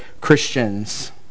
christians